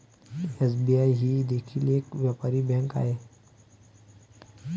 SBI ही देखील एक व्यापारी बँक आहे